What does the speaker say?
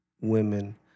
women